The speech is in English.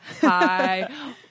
Hi